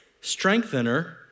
strengthener